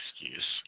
excuse